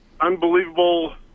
unbelievable